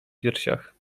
piersiach